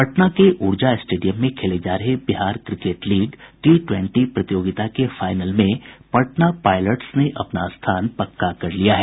पटना के ऊर्जा स्टेडियम में खेले जा रहे Bihar cricket league T twenty प्रतियोगिता के फाईनल में पटना पायलट्स ने अपना स्थान पक्का कर लिया है